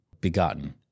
Begotten